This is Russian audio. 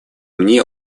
мне